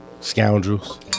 Scoundrels